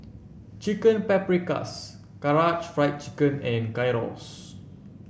Chicken Paprikas Karaage Fried Chicken and Gyros